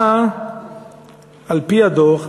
על-פי הדוח,